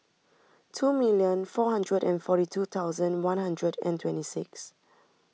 two million four hundred and forty two thousand one hundred and twenty six